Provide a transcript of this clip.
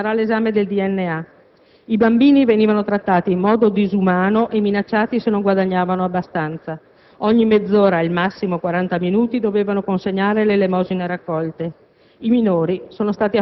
ad accertarlo sarà l'esame del DNA. I bambini venivano trattati in modo disumano e minacciati se non guadagnavano abbastanza. Ogni mezz'ora, al massimo quaranta minuti, dovevano consegnare le elemosine raccolte.